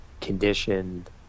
conditioned